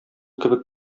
кебек